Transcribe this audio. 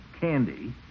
candy